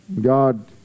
God